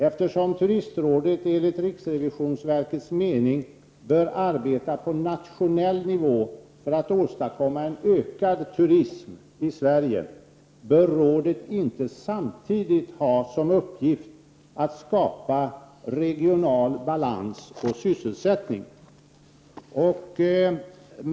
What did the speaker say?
Eftersom turistrådet, enligt riksrevisionsverkets mening, bör arbeta på nationell nivå för att åstadkomma en ökad turism i Sverige, bör rådet inte samtidigt ha som uppgift att skapa regional balans och sysselsättning.